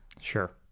sure